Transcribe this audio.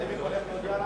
אדוני היושב-ראש,